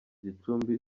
gicumbi